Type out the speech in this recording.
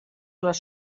les